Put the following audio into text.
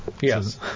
Yes